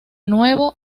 nuevo